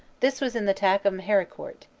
this was in the attack on meharicourt.